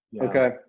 Okay